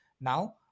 Now